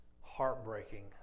heartbreaking